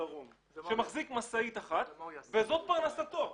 מהדרום שמחזיק משאית אחת וזו פרנסתו.